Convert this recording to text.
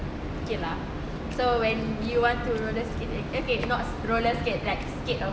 okay lah so when you want to roller skate ag~ okay not roller skate like skate or